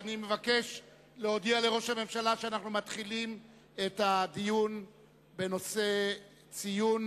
אני מבקש להודיע לראש הממשלה שאנחנו מתחילים את הדיון בנושא: ציון